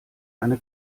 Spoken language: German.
eine